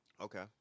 Okay